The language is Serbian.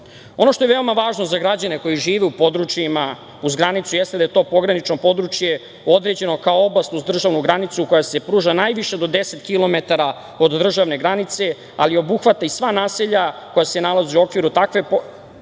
što je veoma važno za građane koji žive u područjima uz granicu jeste da je to pogranično područje određeno kao oblast uz državnu granicu koja se pruža najviše do deset kilometara od državne granice, ali obuhvata i sva naselja koja se nalaze u okviru takve pogranične